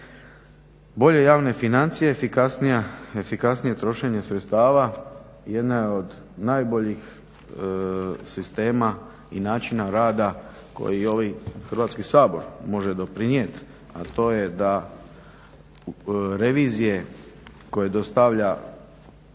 Bolje javne financije i efikasnije trošenje sredstava jedan je od najboljih sistema i načina rada kojim ovaj Hrvatski sabor može doprinijeti a to je da revizije koje dostavlja Ured